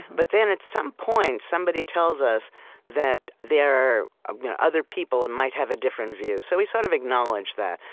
but then at some point, somebody tells us that there are other people that and might have a different view, so we sort of acknowledge that.